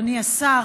אדוני השר,